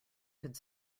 could